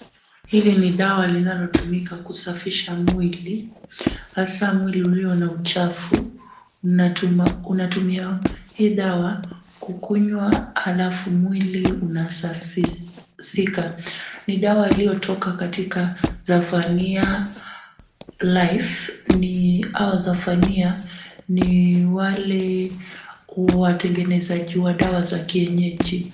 Hili ni dawa linalotumika kusafisha mwili, hasa mwili ulio na uchafu. Unatumia hii dawa kukunywa halafu mwili unasafishika. Ni dawa iliyotoka katika Zafania Life. Ni hawa Zafania ni wale watengenezaji wa dawa za kienyeji.